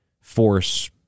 force